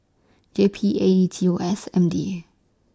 J P A E T O S M D A